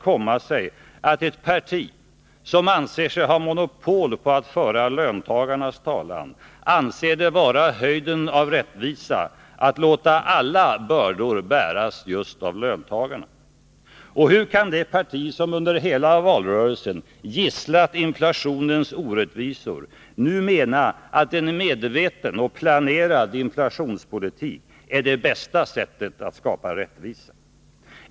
komma sig att ett parti som anser sig ha monopol på att föra löntagarnas talan anser det vara höjden av rättvisa att låta alla bördor bäras just av löntagarna? Och hur kan det parti som under hela valrörelsen gisslat inflationens orättvisor nu mena, att en medveten och planerad inflationspolitik är det bästa sättet att skapa rättvisa?